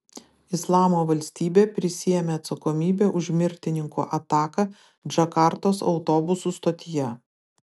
islamo valstybė prisiėmė atsakomybę už mirtininkų ataką džakartos autobusų stotyje